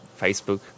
Facebook